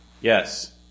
Yes